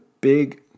big